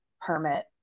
permit